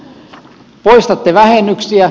poistatte vähennyksiä